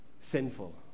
sinful